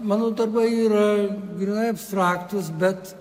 mano darbai yra grynai abstraktūs bet